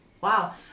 Wow